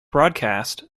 broadcast